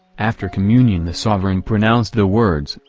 after communion the sovereign pronounced the words,